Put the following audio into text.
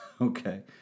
Okay